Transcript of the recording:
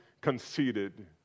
conceited